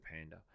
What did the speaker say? panda